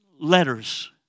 letters